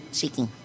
seeking